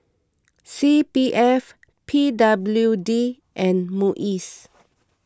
C P F P W D and Muis